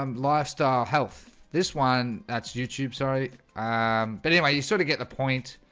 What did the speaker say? um lifestyle health this one. that's youtube. sorry um but anyway, you sort of get the point